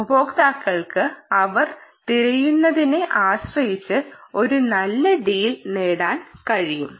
ഉപയോക്താക്കൾക്ക് അവർ തിരയുന്നതിനെ ആശ്രയിച്ച് ഒരു നല്ല ഡീൽ നേടാനും കഴിയും